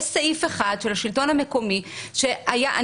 יש סעיף אחד של השלטון המקומי ואני